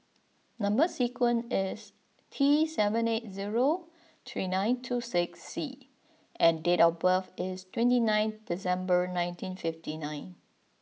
number sequence is T seven eight zero three nine two six C and date of birth is twenty nine December nineteen fifty nine